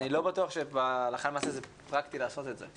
אני לא בטוח שהלכה למעשה זה פרקטי לעשות את זה.